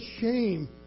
shame